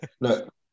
Look